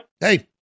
Hey